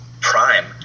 Prime